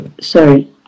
Sorry